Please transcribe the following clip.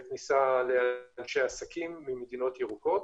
תיירים וכניסה לאנשי עסקים ממדינות ירוקות.